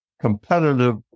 competitive